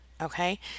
okay